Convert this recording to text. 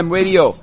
Radio